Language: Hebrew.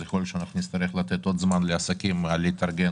אז יכול להות שנצטרך לתת עוד זמן לעסקים להתארגן.